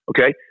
Okay